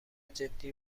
جدی